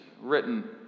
written